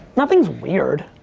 nothing's weird.